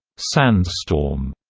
sandstorm,